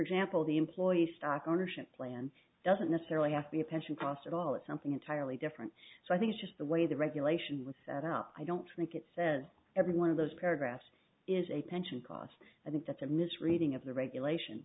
example the employee stock ownership plan doesn't necessarily have to be a pension cost at all it's something entirely different so i think it's just the way the regulation was set up i don't think it says every one of those paragraphs is a pension cost i think that's a misreading of the regulation